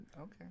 Okay